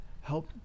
help